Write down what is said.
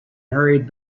hurried